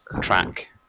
track